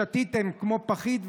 שתיתם כמו פחית,